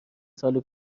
سال